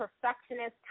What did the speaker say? perfectionist